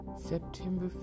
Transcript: September